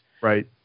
Right